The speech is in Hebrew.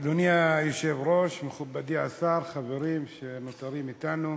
אדוני היושב-ראש, מכובדי השר, חברים שנותרים אתנו,